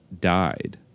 died